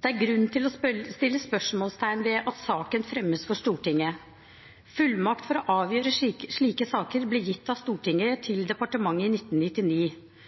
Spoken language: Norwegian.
Det er grunn til å sette spørsmålstegn ved at saken fremmes for Stortinget. Fullmakt til å avgjøre slike saker ble gitt av Stortinget til departementet i 1999.